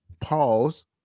pause